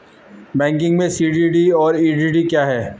Banking में CDD और EDD क्या हैं?